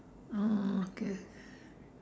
oh okay